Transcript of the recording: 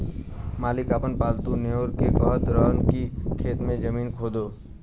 मालिक आपन पालतु नेओर के कहत रहन की खेत के जमीन खोदो